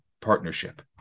partnership